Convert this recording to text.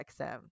XM